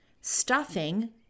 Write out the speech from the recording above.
Stuffing